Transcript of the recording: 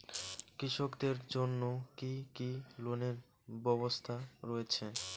কৃষকদের জন্য কি কি লোনের ব্যবস্থা রয়েছে?